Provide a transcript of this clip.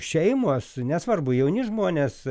šeimos nesvarbu jauni žmonės